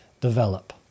develop